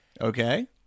Okay